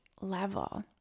level